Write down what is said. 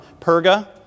Perga